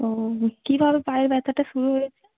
ও কীভাবে পায়ে ব্যথাটা শুরু হয়েছে